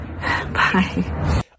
Bye